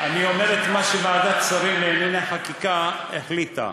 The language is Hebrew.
אני אומר את מה שוועדת שרים לענייני חקיקה החליטה.